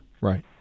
right